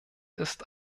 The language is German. ist